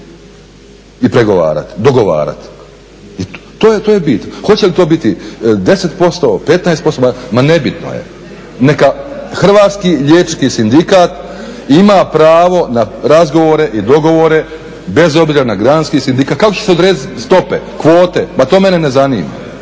i pregovarati, dogovarati. To je bit, hoće li to biti 10%, 15%, ma nebitno je, neka Hrvatski liječnički sindikat ima pravo na razgovore i dogovore bez obzira na granski sindikat. Kako će se odrediti stope, kvote ma to mene ne zanima,